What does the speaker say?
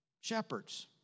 shepherds